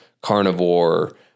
carnivore